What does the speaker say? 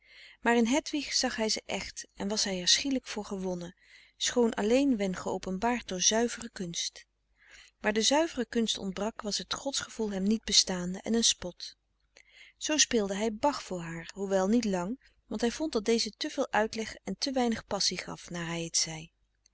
maar in hedwig zag hij ze echt en was hij er schielijk voor gewonnen schoon alleen wen geöpenbaard door zuivere kunst waar de zuivere kunst ontbrak was het godsgevoel hem niet bestaande en een spot zoo speelde hij bach voor haar hoewel niet lang want hij vond dat deze te veel uitleg en te weinig passie gaf naar hij t zei